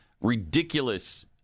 ridiculous